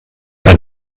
pas